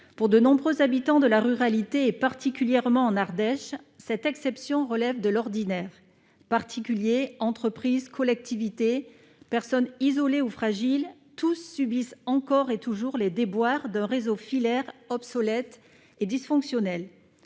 pour de nombreux habitants de la ruralité et particulièrement en Ardèche cette exception relève de l'ordinaire, particuliers, entreprises, collectivités personnes isolées ou fragiles, tous subissent encore et toujours, les déboires de réseaux filaires obsolète et dysfonctionnel